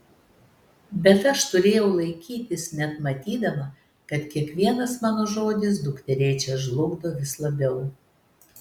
bet aš turėjau laikytis net matydama kad kiekvienas mano žodis dukterėčią žlugdo vis labiau